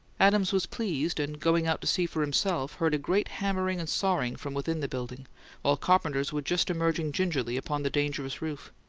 adams was pleased, and, going out to see for himself, heard a great hammering and sawing from within the building while carpenters were just emerging gingerly upon the dangerous roof.